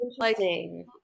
interesting